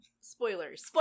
spoilers